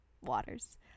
waters